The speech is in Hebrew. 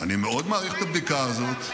-- אני מאוד מעריך את הבדיקה הזאת,